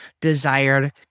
desired